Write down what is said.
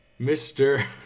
Mr